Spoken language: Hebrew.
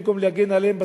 שבמקום להגן עליהם,